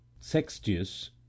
Sextius